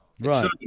Right